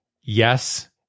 Yes